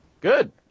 Good